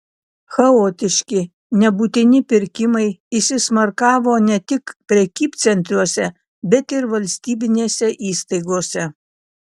chaotiški nebūtini pirkimai įsismarkavo ne tik prekybcentriuose bet ir valstybinėse įstaigose